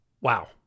wow